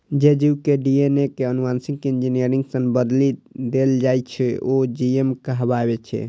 जे जीव के डी.एन.ए कें आनुवांशिक इंजीनियरिंग सं बदलि देल जाइ छै, ओ जी.एम कहाबै छै